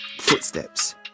footsteps